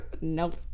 nope